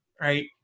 right